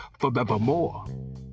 forevermore